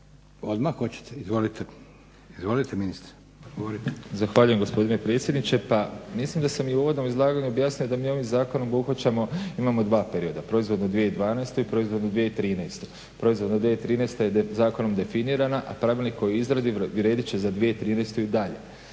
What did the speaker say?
**Jakovina, Tihomir (SDP)** Zahvaljujem gospodine predsjedniče. Pa mislim da sam i u uvodnom izlaganju objasnio da mi ovim zakonom obuhvaćamo imamo dva perioda proizvodnu 2012.i proizvodnu 2013. Proizvodna 2013.je zakonom definirana, a pravilnik koji je u izradi vrijedit će za 2013.i dalje.